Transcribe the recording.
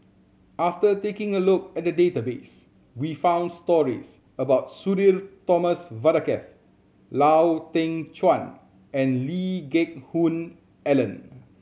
after taking a look at the database we found stories about Sudhir Thomas Vadaketh Lau Teng Chuan and Lee Geck Hoon Ellen